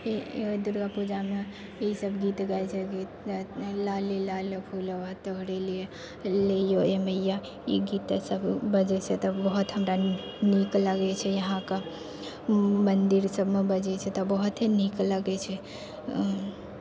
दुर्गा पूजामे ई सब गीत गावै छै गीत लाले लाल फूलबा तोड़ै लिए ए मैयाँ ई गीत तऽ सब बजै छै तऽ बहुत हमरा नीक लगै छै यहाँके मन्दिर सबमे बजै छै तऽ बहुते नीक लगै छै